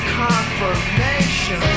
confirmation